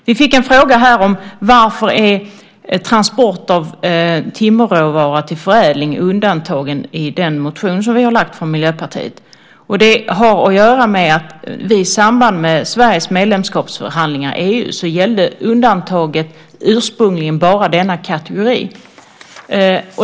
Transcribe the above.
Vi fick en fråga här om varför transport av timmerråvara till förädling är undantagen i den motion som vi har väckt från Miljöpartiet. Det har att göra med att i samband med Sveriges medlemskapsförhandlingar med EU gällde undantaget ursprungligen bara denna kategori.